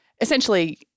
essentially